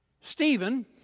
Stephen